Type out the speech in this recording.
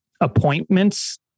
appointments